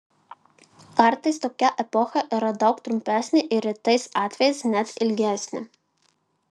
kartais tokia epocha yra daug trumpesnė ir retais atvejais net ilgesnė